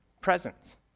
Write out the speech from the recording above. presence